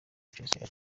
chelsea